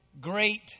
great